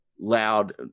loud